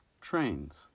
Trains